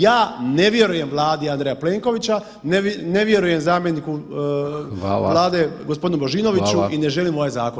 Ja ne vjerujem Vladi Andreja Plenkovića, ne vjerujem zamjeniku Vlade gospodinu Božinoviću i ne želim ovaj zakon.